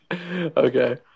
Okay